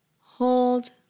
hold